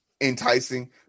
enticing